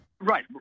Right